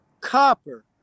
copper